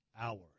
hours